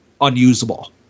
unusable